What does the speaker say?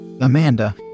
Amanda